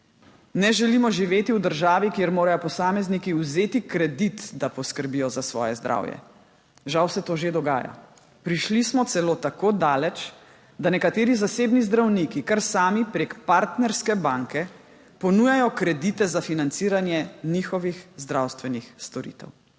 Ne želimo živeti v državi, kjer morajo posamezniki vzeti kredit, da poskrbijo za svoje zdravje. Žal se to že dogaja. Prišli smo celo tako daleč, da nekateri zasebni zdravniki kar sami prek partnerske banke ponujajo kredite za financiranje njihovih zdravstvenih storitev.